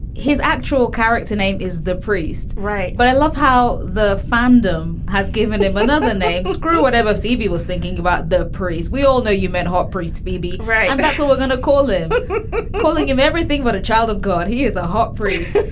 his actual character name is the priest. right. but i love how the fandom has given him another name. screw whatever. phoebe was thinking about the priest. we all know you met hot priest bebe, right? and but that's what we're gonna call live calling of everything but a child of god. he is a hot free.